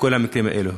לכל המקרים האלה.